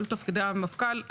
ואלו תפקידי המפכ"ל,